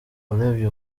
urebye